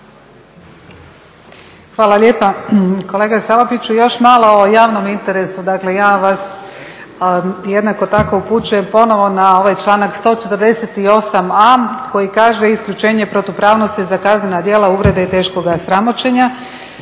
Hvala lijepa. Kolega Salapiću, još malo o javnom interesu. Dakle ja vas jednako tako upućujem ponovo na ovaj članak 148.a koji kaže isključenje protupravnosti za kaznena djela uvrede i teškoga sramoćenja